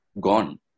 gone